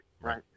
right